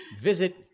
visit